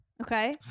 Okay